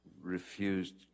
refused